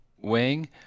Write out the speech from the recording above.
wing